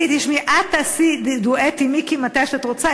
עדי, תשמעי, את תעשי דואט עם מיקי מתי שאת רוצה.